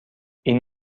این